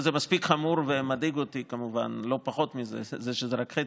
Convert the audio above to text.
וזה מספיק חמור ומדאיג אותי כמובן לא פחות שזה רק חצי.